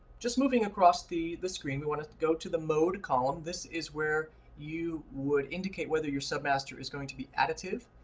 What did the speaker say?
just moving across the the screen, we want to to go to the mode column. this is where you would indicate whether your submaster is going to be additive,